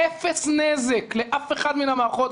אפס נזק לכל אחת מהמערכות.